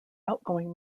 outgoing